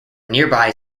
nearby